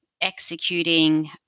executing